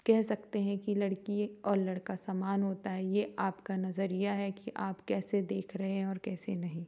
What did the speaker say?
कह सकते हैं कि लड़की और लड़का समान होता है ये आपका नजरिया है कि आप कैसे देख रहे हैं और कैसे नहीं